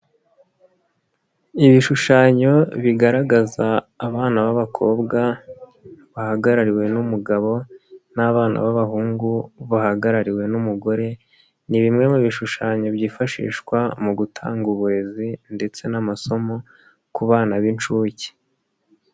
Ibishushanyo bigaragaza abana b'abakobwa bahagarariwe n'umugabo, n'abana b'abahungu bahagarariwe n'umugore, ni bimwe mu bishushanyo byifashishwa mu gutanga uburezi ndetse n'amasomo ku bana b'inshuke.